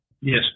Yes